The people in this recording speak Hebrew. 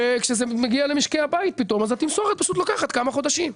וכשזה מגיע למשקי הבית פתאום אז התמסורת פשוט לוקחת כמה חודשים.